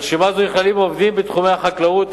ברשימה זו נכללים עובדים בתחומי החקלאות,